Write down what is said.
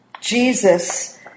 Jesus